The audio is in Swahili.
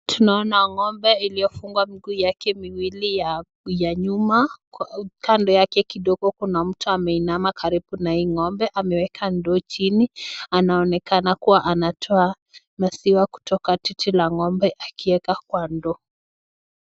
Tunaona ng'ombe iliyofungwa miguu yake miwili ya nyuma. Kando yake kidogo kuna mtu ameinama karibu na hii ng'ombe. Ameweka ndoo chini, anaonekana kuwa anatoa maziwa kutoka titi la ng'ombe akiweka kwa ndoo.